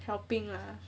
helping lah